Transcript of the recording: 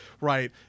right